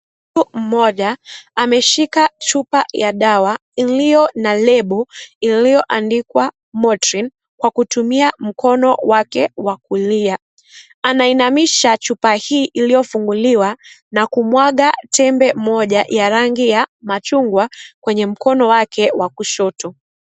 Mtu mmoja ameshika chupa ya dawa iliyo na lebo, iliyoandikwa Motrin kwa kutumia mikono wake wa kulia. Anainamisha chupa hii iliyofunguliwa na kumwaga tembe moja ya rangi ya machungwa, kwenye mkono wake wa kushoto.